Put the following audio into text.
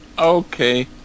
Okay